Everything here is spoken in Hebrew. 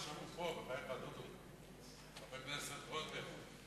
עכשיו הוא פה, בחייך, חבר הכנסת רותם.